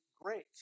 great